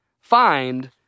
find